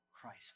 Christ